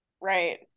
Right